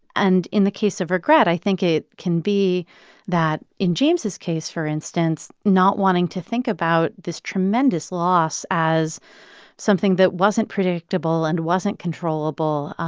and, in the case of regret, i think it can be that, in james' case for instance, not wanting to think about this tremendous loss as something that wasn't predictable and wasn't controllable,